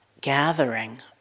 gathering